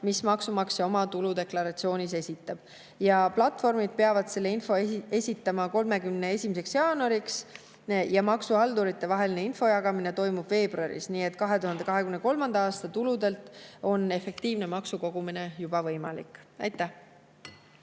mida maksumaksja oma tuludeklaratsioonis esitab. Platvormid peavad selle info esitama 31. jaanuariks. Maksuhalduritevaheline infojagamine toimub veebruaris. Nii et 2023. aasta tuludelt on efektiivselt maksu koguda juba võimalik. Aitäh!